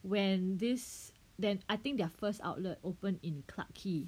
when this then I think their first outlet opened in Clarke Quay